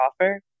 offer